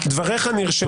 דבריך נרשמו.